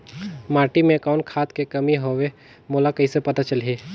माटी मे कौन खाद के कमी हवे मोला कइसे पता चलही?